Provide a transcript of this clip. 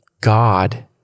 God